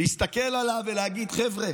להסתכל עליו ולהגיד: חבר'ה,